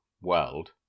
world